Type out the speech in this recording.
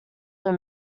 were